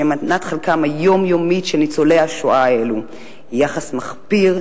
והם מנת חלקם היומיומית של ניצולי השואה האלה: יחס מחפיר,